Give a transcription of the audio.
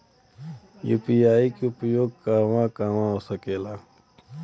UPI के उपयोग कहवा कहवा हो सकेला?